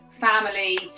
family